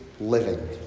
living